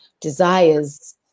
desires